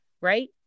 right